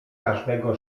każdego